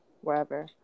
wherever